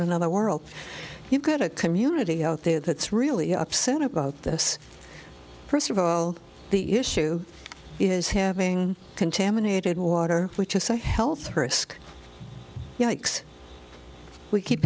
another world you've got a community out there that's really upset about this first of all the issue is having contaminated water which is a health risk yikes we keep